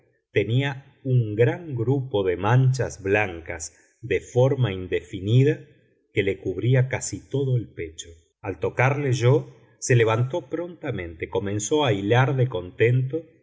tenía un gran grupo de manchas blancas de forma indefinida que le cubría casi todo el pecho al tocarle yo se levantó prontamente comenzó a hilar de contento